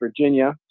Virginia